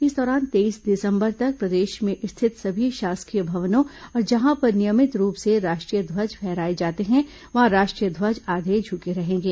इस दौरान तेईस दिसंबर तक प्रदेश में स्थित सभी शासकीय भवनों और जहां पर नियमित रूप से राष्ट्रीय ध्वज फहराए जाते हैं वहां राष्ट्रीय ध्वज आधे झुके रहेंगे